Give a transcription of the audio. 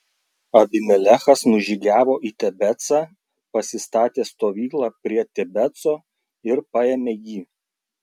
abimelechas nužygiavo į tebecą pasistatė stovyklą prie tebeco ir paėmė jį